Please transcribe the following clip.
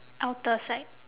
outer side